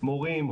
מורים,